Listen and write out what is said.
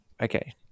Okay